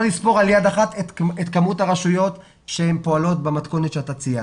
לספור על יד אחת את מספר הרשויות שפועלות במתכונת שציינת.